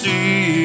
See